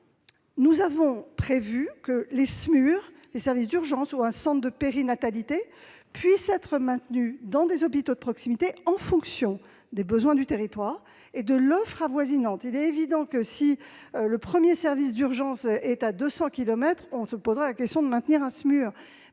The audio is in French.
Nous avons prévu que les SMUR, les services d'urgences ou des centres de périnatalité puissent être maintenus dans des hôpitaux de proximité, en fonction des besoins du territoire et de l'offre avoisinante. Bien entendu, si le premier service d'urgences est à 200 kilomètres, nous nous poserons la question du maintien d'un SMUR.